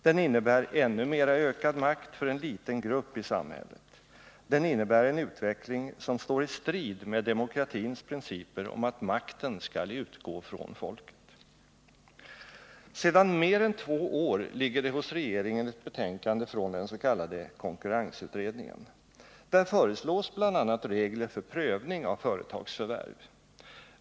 Den innebär ännu mer ökad makt för en liten grupp i samhället. Den innebär en utveckling som står i strid med demokratins principer om att makten skall utgå från folket. Sedan mer än två år ligger det hos regeringen ett betänkande från den s.k. konkurrensutredningen. Där föreslås bl.a. regler för prövning av företagsförvärv.